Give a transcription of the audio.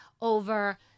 over